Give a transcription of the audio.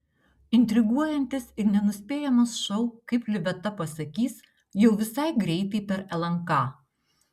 intriguojantis ir nenuspėjamas šou kaip liveta pasakys jau visai greitai per lnk